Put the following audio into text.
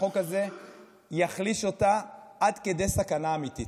החוק הזה יחליש אותה עד כדי סכנה אמיתית.